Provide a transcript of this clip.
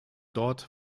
dort